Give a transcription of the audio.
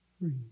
free